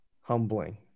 humbling